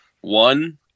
one